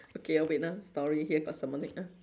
okay ah wait ah story here got someone wait ah